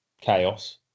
chaos